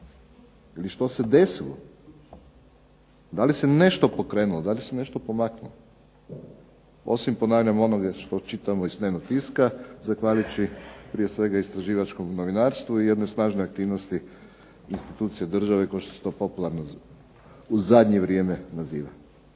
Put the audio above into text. Ili što se desilo? Da li se nešto pokrenulo? Da li se nešto pomaknulo osim ponavljam onoga što čitam iz dnevnog tiska zahvaljujući prije svega istraživačkom novinarstvu i jednoj snažnoj aktivnosti institucija država kao što se to popularno u zadnje vrijeme naziva.